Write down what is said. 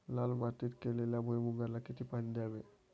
लाल मातीत केलेल्या भुईमूगाला किती पाणी द्यावे?